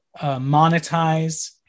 monetize